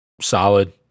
solid